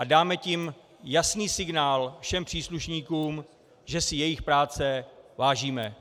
Dáme tím jasný signál všem příslušníkům, že si jejich práce vážíme.